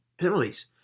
penalties